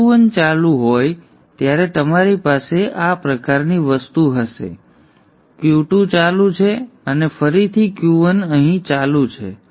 તેથી જ્યારે પણ Q1 ચાલુ હોય ત્યારે તમારી પાસે આ પ્રકારની વસ્તુ હશે અહીં Q2 ચાલુ છે અને ફરીથી Q1 અહીં ચાલુ છે